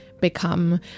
become